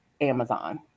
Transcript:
amazon